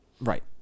Right